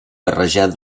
barrejar